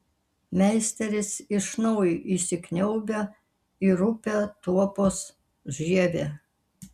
meisteris iš naujo įsikniaubia į rupią tuopos žievę